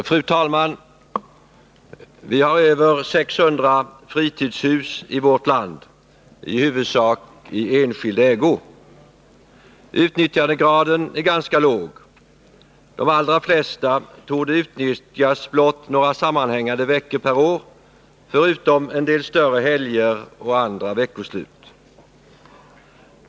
Fru talman! Vi har över 600 000 fritidshus i vårt land, i huvudsak i enskild ägo. Utnyttjandegraden är ganska låg — de allra flesta torde utnyttjas blott några sammanhängande veckor per år förutom en del större helger och andra veckoslut.